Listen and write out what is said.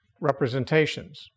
representations